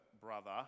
brother